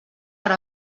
per